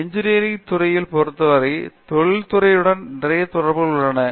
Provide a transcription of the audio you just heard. engineering துறைகளை பொறுத்தவரை தொழில் துறையுடன் நிறைய தொடர்பு உள்ளது